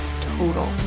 total